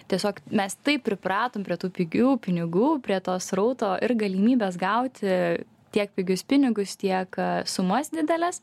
tiesiog mes taip pripratom prie tų pigių pinigų prie to srauto ir galimybės gauti tiek pigius pinigus tiek sumas dideles